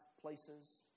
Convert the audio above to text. places